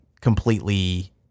completely